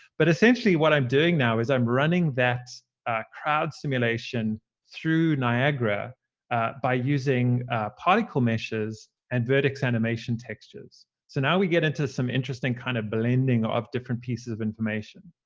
but essentially what i'm doing now is i'm running that crowd simulation through niagara by using particle meshes and vertex animation textures. so now we get into some interesting kind of blending of different pieces of information.